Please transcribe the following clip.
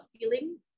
feeling